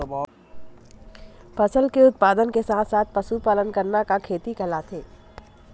फसल के उत्पादन के साथ साथ पशुपालन करना का खेती कहलाथे?